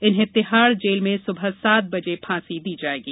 इन्हें तिहाड़ जेल में सुबह सात बजे फांसी दी जाएगी